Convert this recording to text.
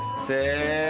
say